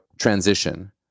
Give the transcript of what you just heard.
transition